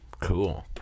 Cool